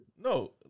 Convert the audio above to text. No